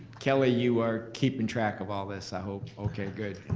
kelly, you are keeping track of all this, i hope? okay, good.